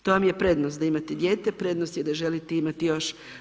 To vam je prednost da imate dijete, prednost je da želite imati još.